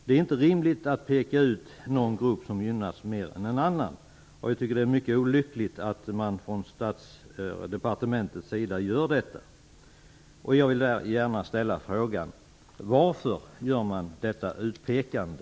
Det är inte rimligt att peka ut någon grupp som mera gynnad än någon annan, och jag tycker att det är mycket olyckligt att man från departementets sida gör detta. Jag vill gärna ställa frågan: Varför gör man detta utpekande?